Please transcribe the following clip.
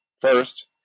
First